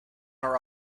are